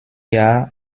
jahr